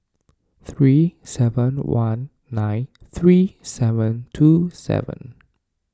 three seven one nine three seven two seven